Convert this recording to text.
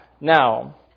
Now